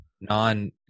non